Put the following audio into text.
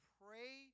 pray